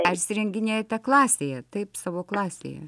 persirenginėjate klasėje taip savo klasėje